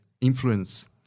influence